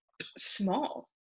small